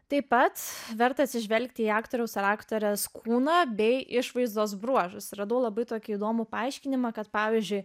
taip pat verta atsižvelgti į aktoriaus ar aktorės kūną bei išvaizdos bruožus radau labai tokį įdomų paaiškinimą kad pavyzdžiui